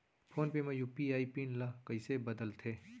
Phone पे म UPI pin ल कइसे बदलथे?